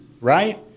right